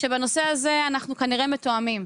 שבנושא הזה אנחנו כנראה מתואמים.